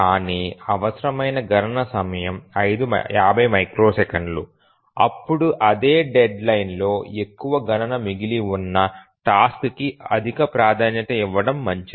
కానీ అవసరమైన గణన సమయం 50 మైక్రోసెకన్లు అప్పుడు అదే డెడ్లైన్ లో ఎక్కువ గణన మిగిలి ఉన్న టాస్క్ కి అధిక ప్రాధాన్యత ఇవ్వడం మంచిది